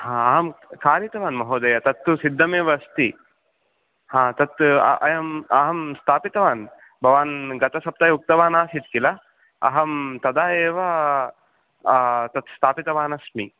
अहं कारितवान् महोदय तत्तु सिद्धमेव अस्ति हा तत् अयम् अहं स्थापितवान् भवान् गतसप्ताहे उक्तवान् आसीत् किल अहं तदा एव तत् स्थापितवान् अस्मि